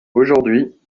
aujourd’hui